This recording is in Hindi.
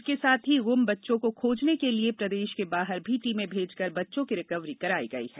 इसके साथ ही गुम बच्चों को खोजने के लिए प्रदेश के बाहर भी टीमें भेजकर बच्चों की रिकवरी कराई गई है